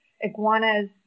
iguanas